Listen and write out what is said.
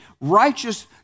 Righteous